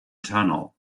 tunnel